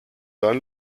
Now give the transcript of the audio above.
dann